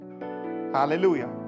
Hallelujah